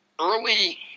early